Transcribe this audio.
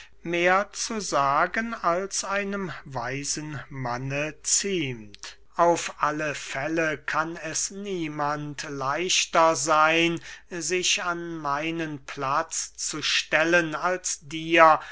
mehr zu sagen als einem weisen manne ziemt auf alle fälle kann es niemand leichter seyn sich an meinen platz zu stellen als dir